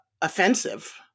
offensive